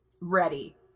ready